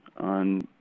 on